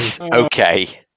okay